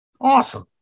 Awesome